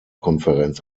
konferenz